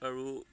আৰু